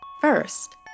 First